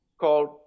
called